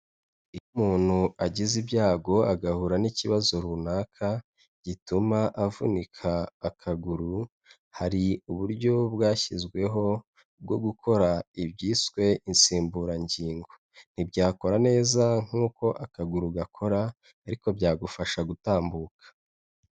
Iyo umuntu agize ibyago agahura n'ikibazo runaka gituma avunika akaguru hari uburyo bwashyizweho bwo gukora ibyiswe insimburangingo ntibyakora neza nk'uko akaguru gakora ariko byagufasha gutambuka.